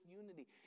unity